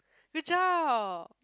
good job